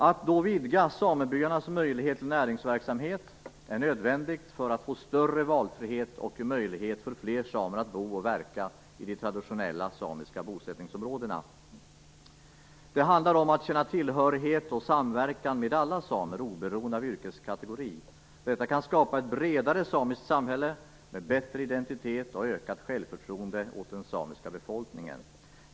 Att vidga samebyarnas möjlighet till näringsverksamhet är nödvändigt för att få större valfrihet och möjlighet för fler samer att bo och verka i de traditionella samiska bosättningsområdena. Det handlar om att känna tillhörighet och samverkan med alla samer oberoende av yrkeskategori. Detta kan skapa ett bredare samiskt samhälle med bättre identitet och ökat självförtroende åt den samiska befolkningen.